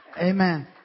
amen